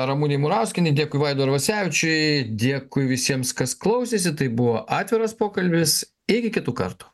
ramunei murauskienei dėkui vaidui arvasevičiui dėkui visiems kas klausėsi tai buvo atviras pokalbis iki kitų kartų